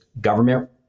government